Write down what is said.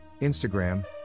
Instagram